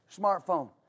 smartphone